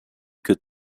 could